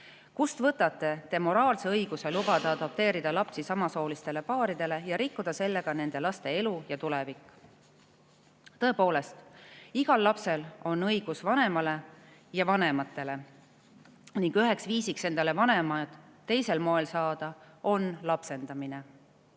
Kust võtate te moraalse õiguse lubada adopteerida lapsi samasoolistele paaridele ja rikkuda sellega nende laste elu ja tulevik?" Tõepoolest, igal lapsel on õigus vanemale ja vanematele ning üheks viisiks saada endale vanemad teisel moel on lapsendamine.